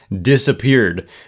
disappeared